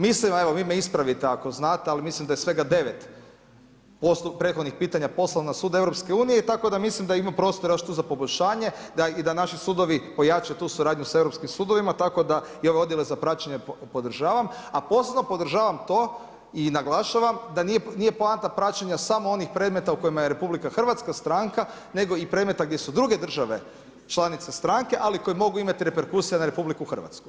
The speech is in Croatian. Mislim, a evo, vi me ispravite ako znate, ali mislim da je svega 9 prethodnih pitanja poslano na sud EU i tako da mislim da ima prostora još tu za poboljšanje i da naši sudovi pojačaju tu suradnju s europskim sudovima, tako da ja ove dodjele za praćenje podržavam, a posebno podržavam to i naglašavam, da nije poanta praćenja samo onih predmeta u kojima je RH stranka nego i predmeta gdje su druge države članice stranke, ali koje imati reperkusije na RH.